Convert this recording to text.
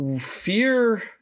fear